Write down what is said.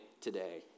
today